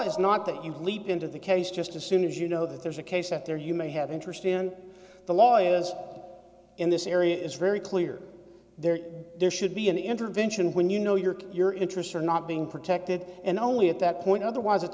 is not that you can leap into the case just as soon as you know that there's a case that there you may have interest in the lawyers in this area is very clear there there should be an intervention when you know your your interests are not being protected and only at that point otherwise it's